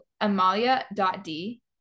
Amalia.D